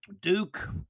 Duke